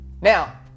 Now